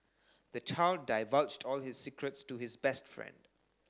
the child divulged all his secrets to his best friend